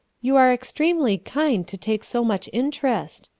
you are extremely kind to take so much interest,